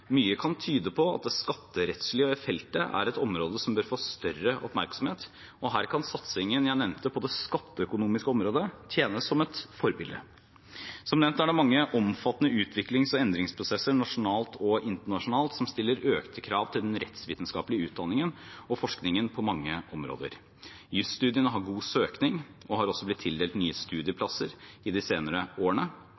Mye kan tyde på at det skatterettslige feltet er et område som bør få større oppmerksomhet, og her kan satsingen jeg nevnte på det skatteøkonomiske området, tjene som et forbilde. Som nevnt er det mange omfattende utviklings- og endringsprosesser nasjonalt og internasjonalt som stiller økte krav til den rettsvitenskapelige utdanningen og forskningen på mange områder. Jusstudiene har god søkning og er også blitt tildelt nye